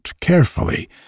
carefully